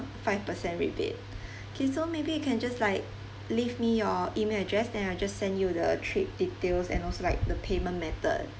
five percent rebate K so maybe you can just like leave me your email address then I'll just send you the trip details and also like the payment method